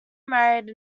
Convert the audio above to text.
married